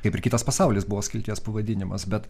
kaip ir kitas pasaulis buvo skilties pavadinimas bet